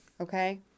okay